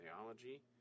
theology